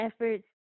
efforts